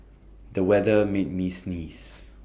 the weather made me sneeze